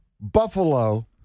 Buffalo